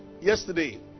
yesterday